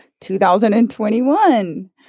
2021